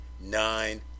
nine